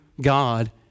God